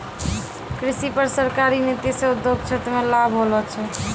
कृषि पर सरकारी नीति से उद्योग क्षेत्र मे लाभ होलो छै